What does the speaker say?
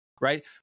right